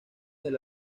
del